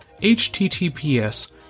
HTTPS